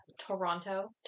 Toronto